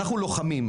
אנחנו לוחמים.